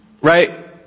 Right